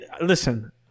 listen